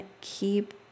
keep